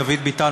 דוד ביטן,